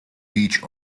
beach